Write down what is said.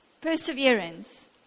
perseverance